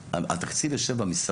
התקציב יושב במשרד.